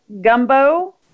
gumbo